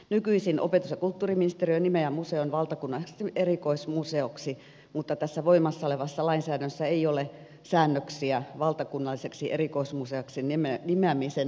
nykyisin opetus ja kulttuuriministeriö nimeää museon valtakunnalliseksi erikoismuseoksi mutta voimassa olevassa lainsäädännössä ei ole säännöksiä valtakunnalliseksi erikoismuseoksi nimeämisen edellytyksistä